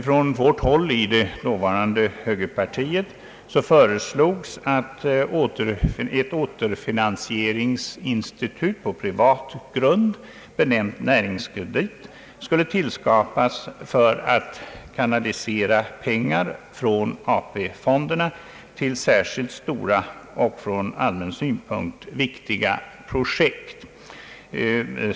Från vårt håll i det dåvarande högerpartiet föreslogs, att ett återfinansieringsinstitut = på <+privat grund, benämnt Näringskredit, skulle tillskapas för att kanalisera pengar från AP-fonderna till särskilt stora och från allmän synpunkt viktiga projekt.